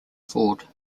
forward